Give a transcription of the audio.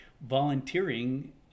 volunteering